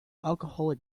alcoholic